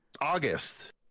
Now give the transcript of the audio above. August